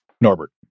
Norbert